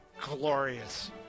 glorious